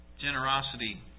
Generosity